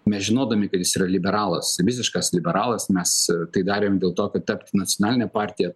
nežinodami kad jis yra liberalas visiškas liberalas mes tai darėm dėl to kad tapt nacionaline partija